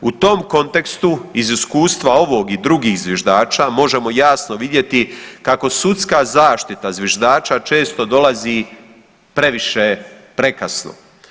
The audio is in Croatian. U tom kontekstu iz iskustva ovog i drugih zviždača možemo jasno vidjeti kako sudska zaštita zviždača često dolazi previše prekasno.